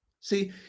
See